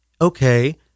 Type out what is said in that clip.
okay